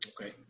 Okay